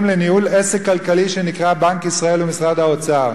לניהול עסק כלכלי שנקרא "בנק ישראל" ו"משרד האוצר".